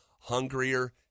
hungrier